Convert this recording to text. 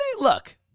look